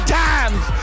times